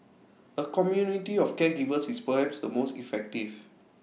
A community of caregivers is perhaps the most effective